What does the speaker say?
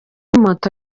moto